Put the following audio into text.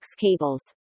cables